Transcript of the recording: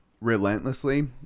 relentlessly